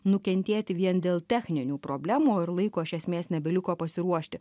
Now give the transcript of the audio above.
nukentėti vien dėl techninių problemų ir laiko iš esmės nebeliko pasiruošti